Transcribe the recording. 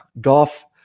golf